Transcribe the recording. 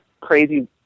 crazy